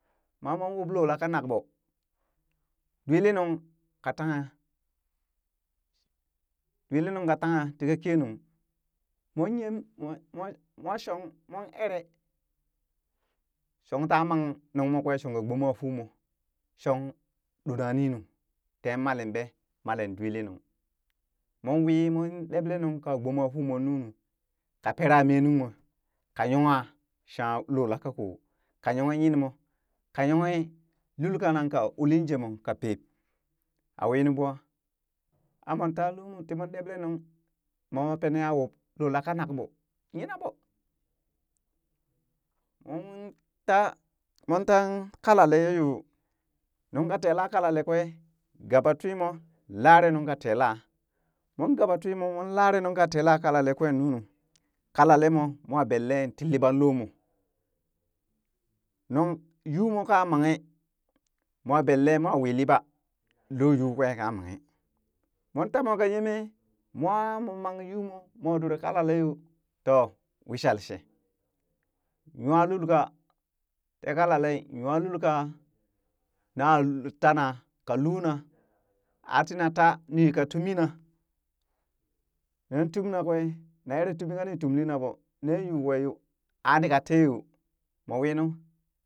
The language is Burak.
Ma moon wub loh la kanak ɓoo dwili nuŋ ka tangha dwili nung kaa tanghe tii ka keenung moon yem mwa- mwa mwa shong moon eree shong taa mang nuŋ moo kwee shonka gbomaa fuu moo, shong ɗona ninuu teen malin ɓe malin dwili nuŋ moon wii moon ɗeɓlee nungka gboma fuma nunu ka pera mee nuŋ mo ka yongha shangha lo la ka koo ka yonghe yinmo ka yonghe lul kanan ka uli jemoo ka peep, awinu ɓwa a mon ta lumu ta moon ɗeɓlee nuŋ, moo ma penee a wub loo laka nak ɓoo yina ɓo, moon ta montaa kalale ya yoo nunka telaa kalalee kwee gaba twiimo lare nunka tela moon gaba twii mon lare nungka tela kalalee kwe nunu kalalemoo moo benle ti liɓa loomo, nuŋ yuu moo ka manghe moo benlee moo wii liɓa loo yuu kwee ka manghe, mon tamoo ka yemee mwa mo mang uu mo, mwa ɗoe kalale yoo to wishal shee, nywalul ka tee kalalee nywalulka na tana ka luna aa tina taa ni yika tumina, nan tumna kwee na ere tumi ka ni tumli na ɓo ne yuu kwee yoo aani ka tee yoo, moo winu